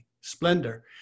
splendor